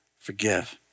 forgive